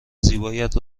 زیبایت